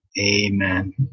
amen